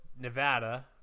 Nevada